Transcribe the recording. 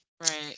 right